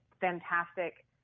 fantastic